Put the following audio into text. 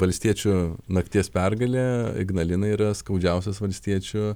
valstiečių nakties pergalė ignalina yra skaudžiausias valstiečių